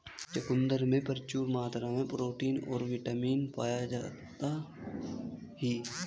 चुकंदर में प्रचूर मात्रा में प्रोटीन और बिटामिन पाया जाता ही